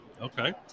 Okay